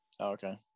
Okay